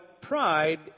pride